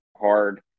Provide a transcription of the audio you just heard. hard